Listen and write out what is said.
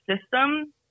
system